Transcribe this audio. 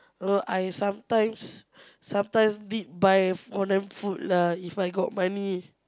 uh I sometimes sometimes did buy for them food lah if I got money